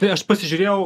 tai aš pasižiūrėjau